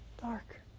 dark